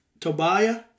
Tobiah